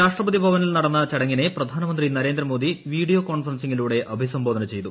രാഷ്ട്രപതി ഭവനിൽ നടന്ന ചടങ്ങിനെ പ്രധാനമന്ത്രി നരേന്ദ്രമോദി വീഡിയോ കോൺഫറൻസിംഗിലൂടെ അഭിസംബോധന ചെയ്തു